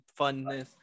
funness